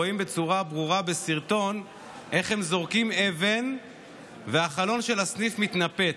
רואים בצורה ברורה בסרטון איך הם זורקים אבן והחלון של הסניף מתנפץ.